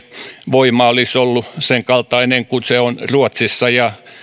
voima olisi ollut sen kaltainen kuin se on ruotsissa ja